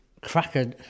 cracker